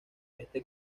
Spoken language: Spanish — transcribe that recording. este